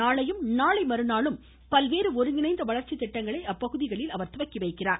நாளையும் நாளை மறுநாளும் பல்வேறு ஒருங்கிணைந்த வளர்ச்சி திட்டங்களை அப்பகுதியில் அவர் தொடங்கிவைக்கிறார்